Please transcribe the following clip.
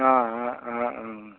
অঁ অঁ অঁ অঁ অঁ